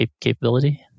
capability